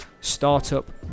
startup